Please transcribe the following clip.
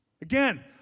Again